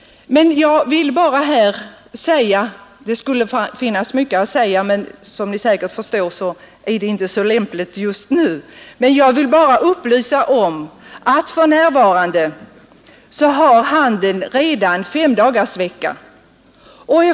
Det skulle vara mycket att säga om den saken, men jag skall avstå med hänsyn till den långa debatt vi haft. Jag vill bara upplysa om att man redan har femdagarsvecka.